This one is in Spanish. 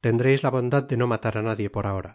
tendreis la bondad de so matar á nadie por ahora